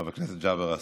חבר הכנסת ג'אבר עסאקלה,